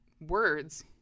words